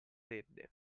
fredde